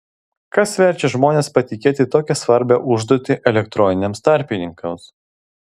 kas verčia žmones patikėti tokią svarbią užduotį elektroniniams tarpininkams